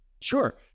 Sure